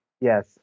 Yes